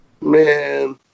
Man